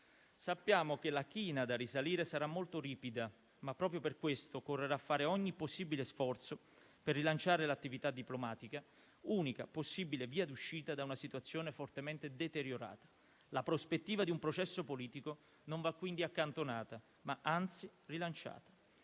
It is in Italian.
sappiamo che la china da risalire sarà molto ripida, ma proprio per questo occorrerà fare ogni possibile sforzo per rilanciare l'attività diplomatica, unica possibile via d'uscita da una situazione fortemente deteriorata. La prospettiva di un processo politico non va, quindi, accantonata, anzi rilanciata.